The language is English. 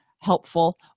helpful